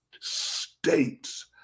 states